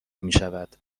میشود